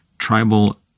tribal